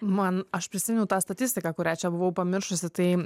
man aš prisiminiau tą statistiką kurią čia buvau pamiršusi tai